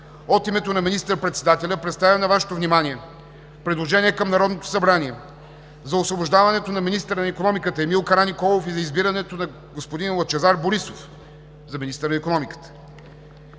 от името на министър-председателя представям на Вашето внимание предложение към Народното събрание за освобождаването на министъра на икономиката Емил Караниколов и за избирането на господин Лъчезар Борисов за министър на икономиката.